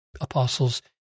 apostles